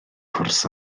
cwrs